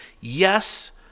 yes